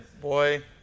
boy